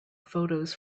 photos